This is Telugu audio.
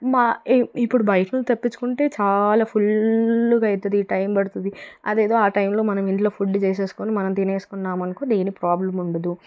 మా ఇ ఇప్పుడు నుంచి బయట నుంచి తెప్పించుకుంటే చాలా ఫుల్లుగా అయితుంది టైం పడుతుంది అదేదో ఆ టైంలో మనం ఇంట్లో ఫుడ్ చేసేసుకుని మనం తినేసుకున్నామనుకో ఏం ప్రాబ్లం ఉండదు